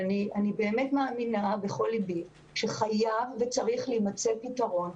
אני באמת מאמינה בכל לבי שחייב וצריך להימצא פתרון,